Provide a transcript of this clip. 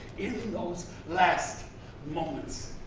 in those last moments,